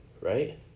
right